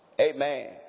amen